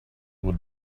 would